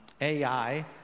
AI